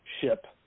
ship